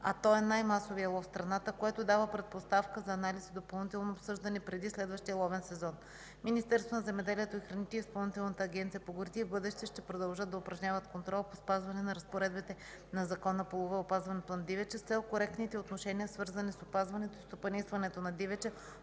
а той е най-масовият лов в страната, което дава предпоставка за анализ и допълнително обсъждане преди следващия ловен сезон. Министерството на земеделието и храните и Изпълнителната агенция по горите и в бъдеще ще продължат да упражняват контрол по спазване на разпоредбите на Закона за лова и опазването на дивеча с цел коректните отношения, свързани с опазването и стопанисването на дивеча,